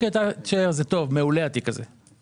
זה טוב, התיק הזה מעולה, תישאר איתו.